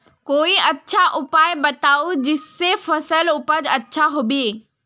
कोई अच्छा उपाय बताऊं जिससे फसल उपज अच्छा होबे